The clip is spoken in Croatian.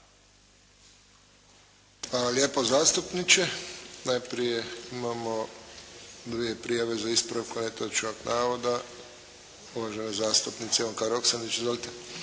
lijepa zastupniče. Najprije imamo dvije prijave za ispravku netočnog navoda. Uvažena zastupnica Ivanka Roksandić. Izvolite.